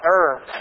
earth